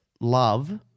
love